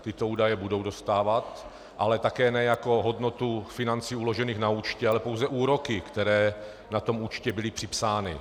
Tyto údaje budou dostávat, ale také ne jako hodnotu financí uložených na účtě, ale pouze úroky, které na tom účtě byly připsány.